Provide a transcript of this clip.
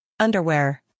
Underwear